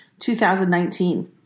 2019